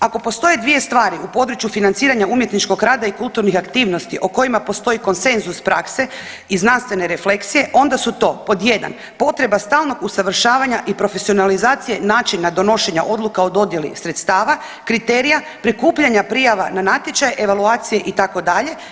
Ako postoje dvije stvari u području financiranja umjetničkog rada i kulturnih aktivnosti o kojima postoji konsenzus prakse i znanstvene refleksije onda su to pod jedan potreba stalnog usavršavanja i profesionalizacije načina donošenja odluka o dodjeli sredstava kriterija, prikupljanje prijava na natječaj, evaluacije itd.